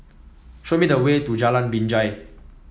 show me the way to Jalan Binjai